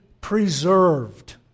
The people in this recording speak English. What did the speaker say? preserved